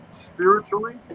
spiritually